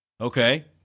Okay